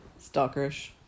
Stalkerish